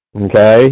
Okay